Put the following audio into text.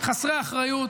חסרי אחריות,